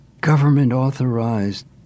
government-authorized